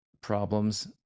problems